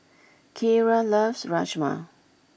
Kierra loves Rajma